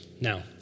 Now